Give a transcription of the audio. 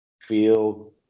feel